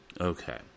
Okay